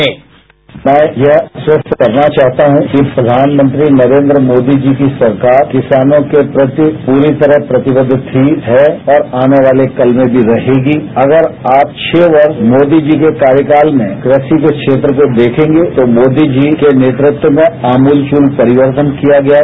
bite मैं यह आश्वस्त करना चाहता हूं कि प्रधानमंत्री नरेन्द्र मोदी जी की सरकार किसानों के प्रति पूरी तरह प्रतिबद्ध थी है और आने वाले कल में भी रहेगी अगर आप छह वर्ष मोदी जी के कार्यकाल में कृषि के क्षेत्र को देखेंगे तो मोदी जी के नेतृत्व में आमूलचूल परिवर्तन किया गया है